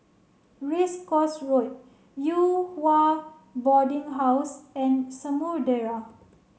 Race Course Road Yew Hua Boarding House and Samudera